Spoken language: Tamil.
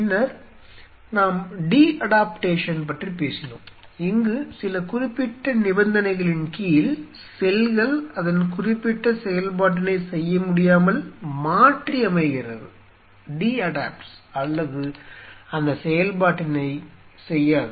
பின்னர் நாம் டி அடாப்டேஷன் பற்றி பேசினோம் இங்கு சில குறிப்பிட்ட நிபந்தனைகளின் கீழ் செல்கள் அதன் குறிப்பிட்ட செயல்பாட்டினை செய்யமுடியாமல் மாற்றியமைகிறது அல்லது அந்த செயல்பாட்டினை செய்யாது